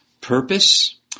purpose